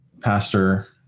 pastor